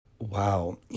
Wow